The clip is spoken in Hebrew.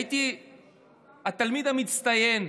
הייתי התלמיד המצטיין,